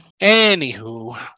anywho